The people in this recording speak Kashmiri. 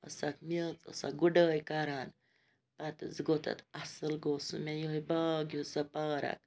ٲسَکھ میٚژ ٲسَکھ گُڑٲے کَران پَتہٕ حظ گوٚو تَتھ اَصٕل گوٚو سُہ مےٚ یِہٕے باغ ہیوٗ سۄ پارک